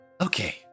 okay